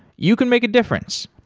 you can make a difference.